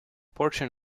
portion